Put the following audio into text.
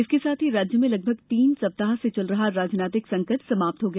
इसके साथ ही राज्य में लगभग तीन सप्ताह से चल रहा राजनीतिक संकट समाप्त हो गया